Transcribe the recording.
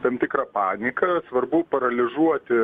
tam tikrą paniką svarbu paralyžuoti